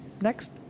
Next